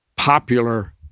popular